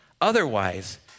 Otherwise